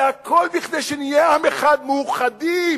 זה הכול כדי שנהיה עם אחד, מאוחדים.